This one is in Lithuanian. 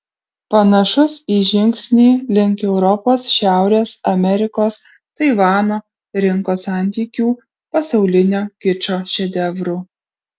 panašus į žingsnį link europos šiaurės amerikos taivano rinkos santykių pasaulinio kičo šedevrų